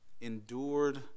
Endured